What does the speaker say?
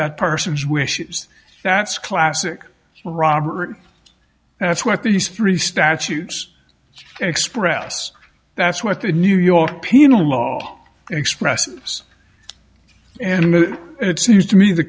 that person's wishes that's classic well robert that's what these three statutes express that's what the new york penal law expresses and it seems to me the